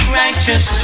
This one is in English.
righteous